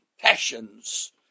passions